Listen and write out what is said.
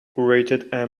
rated